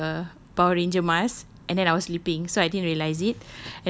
he took the power ranger mask and then I was sleeping so I didn't realise it